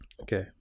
okay